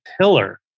pillar